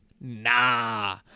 nah